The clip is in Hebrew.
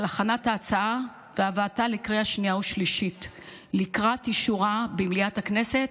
על הכנת ההצעה והבאתה לקריאה שנייה ושלישית לקראת אישורה במליאת הכנסת